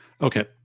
Okay